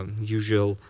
usual